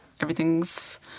everything's